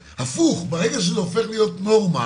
הפוך, ברגע שזה הופך להיות נורמה,